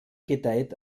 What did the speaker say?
gedeiht